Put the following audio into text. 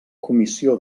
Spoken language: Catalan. comissió